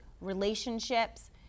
relationships